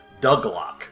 Douglock